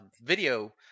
video